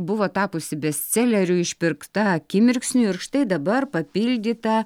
buvo tapusi bestseleriu išpirkta akimirksniu ir štai dabar papildyta